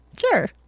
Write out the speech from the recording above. Sure